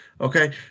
Okay